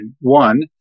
One